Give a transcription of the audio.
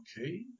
okay